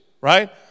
right